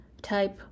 type